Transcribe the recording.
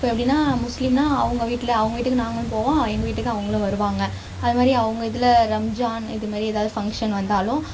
இப்போ எப்படின்னா முஸ்லீம்னால் அவங்க வீட்டில அவங்க வீட்டுக்கு நாங்களும் போவோம் எங்கள் வீட்டுக்கு அவங்களும் வருவாங்க அது மாதிரி அவங்க இதில் ரம்ஜான் இது மாரி ஏதாவுது ஃபங்க்ஷன் வந்தாலும்